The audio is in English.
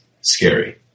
scary